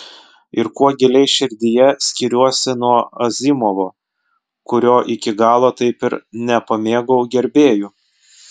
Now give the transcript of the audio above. ir kuo giliai širdyje skiriuosi nuo azimovo kurio iki galo taip ir nepamėgau gerbėjų